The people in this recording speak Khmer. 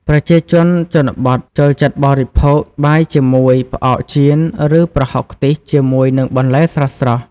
ប្រជាជនជនបទចូលចិត្តបរិភោគបាយជាមួយ ផ្អកចៀន ឬប្រហុកខ្ទិះជាមួយនឹងបន្លែស្រស់ៗ។